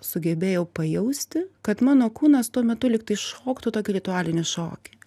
sugebėjau pajausti kad mano kūnas tuo metu lygtai šoktų tokį ritualinį šokį